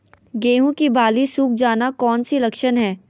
गेंहू की बाली सुख जाना कौन सी लक्षण है?